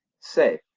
say!